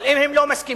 אבל אם הם לא מסכימים,